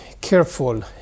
careful